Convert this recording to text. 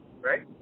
Right